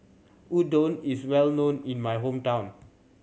udon is well known in my hometown